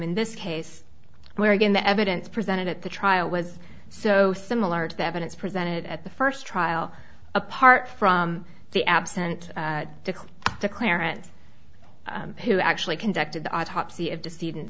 in this case where again the evidence presented at the trial was so similar to the evidence presented at the first trial apart from the absent the clarence who actually conducted the autopsy of deceit and